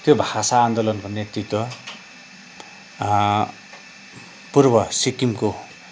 त्यो भाषा आन्दोलनको नेतृत्व पूर्व सिक्किमको